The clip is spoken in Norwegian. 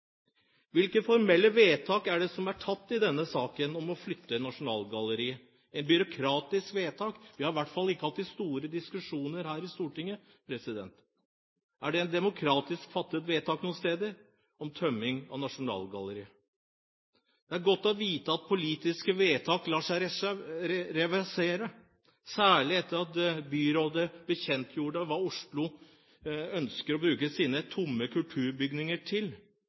Hvilke formelle vedtak er det som er tatt i denne saken om å flytte Nasjonalgalleriet? Et byråkratisk vedtak? Vi har i hvert fall ikke hatt de store diskusjoner her i Stortinget. Er det et demokratisk fattet vedtak noe sted om tømming av Nasjonalgalleriet? Det er godt å vite at politiske vedtak lar seg reversere, særlig etter at byrådet bekjentgjorde hva Oslo ønsker å bruke sine tomme kulturbygninger til.